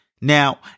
Now